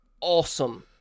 awesome